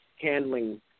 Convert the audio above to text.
handling